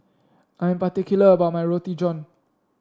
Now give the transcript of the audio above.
I am particular about my Roti John